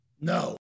No